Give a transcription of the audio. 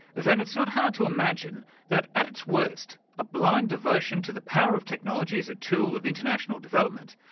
then it's not hard to imagine that at its worst, a blind devotion to the power of technology as a tool of international development,